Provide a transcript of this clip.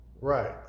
Right